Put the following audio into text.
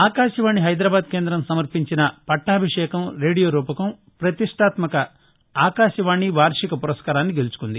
ఆకాశవాణి హైదరాబాద్ కేందం సమర్పించిన పట్టాభిషేకం రేడియో రూపకం పతిష్యాత్యక ఆకాశవాణి వార్షిక పురస్కారాన్ని గెలుచుకుంది